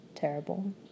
terrible